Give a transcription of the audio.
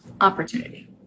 opportunity